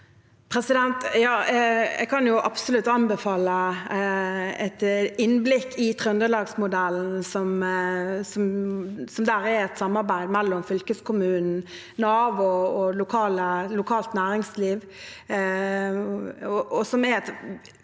Jeg kan ab- solutt anbefale et innblikk i Trøndelagsmodellen, som er et samarbeid mellom fylkeskommunen, Nav og lokalt næringsliv, og som er en